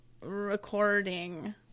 recording